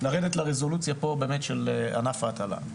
לרדת לרזולוציה של ענף ההטלה.